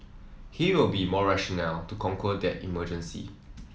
he will be more rational to conquer that emergency